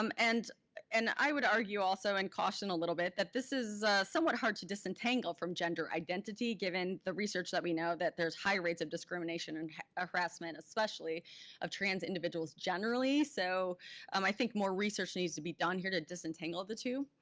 um and and i would argue also and caution a little bit that this is somewhat hard to disentangle from gender identity given the research that we know that there's high rates of discrimination or and ah harassment especially of trans individuals generally. so um i think more research needs to be done here to disentangle the two.